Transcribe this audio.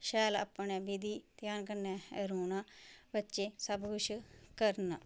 शैल अपने विधि ध्यान कन्नै रौहना बच्चे सब कुछ करना